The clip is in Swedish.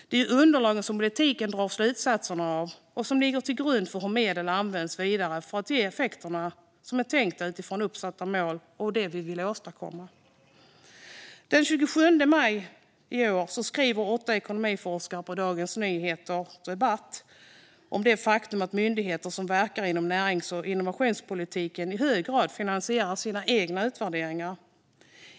Det är ju dessa underlag som politiken drar slutsatser av och som ligger till grund för hur medel används för att ge de effekter som är tänkta utifrån uppsatta mål och det vi vill åstadkomma. Den 27 maj i år skrev åtta ekonomiforskare i Dagens Nyheter Debatt om det faktum att myndigheter som verkar inom närings och innovationspolitiken i hög grad finansierar sina egna utvärderingar.